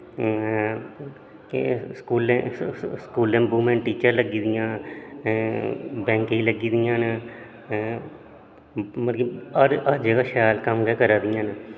एह् स्कूलें स्कूलें वुमेन टीचर लग्गी दियां बैंक च लग्गी दियां न मतलब कि हर हर जगह शैल कम्म गै करा दियां न